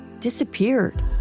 disappeared